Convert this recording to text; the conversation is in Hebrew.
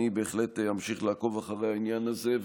אני בהחלט אמשיך לעקוב אחרי העניין הזה.